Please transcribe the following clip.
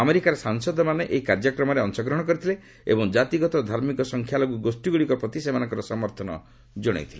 ଆମେରିକାର ସାସଂଦମାନେ ଏହି କାର୍ଯ୍ୟକ୍ରମରେ ଅଂଶଗ୍ରହଣ କରିଥିଲେ ଏବଂ ଜାତିଗତ ଓ ଧାର୍ମିକ ସଂଖ୍ୟାଲଘୁ ଗୋଷୀଗୁଡ଼ିକ ପ୍ରତି ସେମାନଙ୍କର ସମର୍ଥନ ଜଣାଇଥିଲେ